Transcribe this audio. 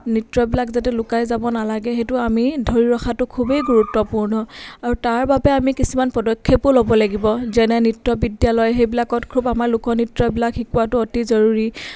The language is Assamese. নৃত্যবিলাক যাতে লুকাই যাব নালাগে সেইটো আমি ধৰি ৰখাটো খুবেই গুৰুত্বপূৰ্ণ আৰু তাৰ বাবে আমি কিছুমান পদক্ষেপো ল'ব লাগিব যেনে নৃত্য বিদ্যালয় সেইবিলাকত খুব আমাৰ লোকনৃত্যবিলাক শিকোৱাটো অতি জৰুৰী